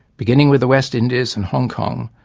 beginning with the west indies and hong kong,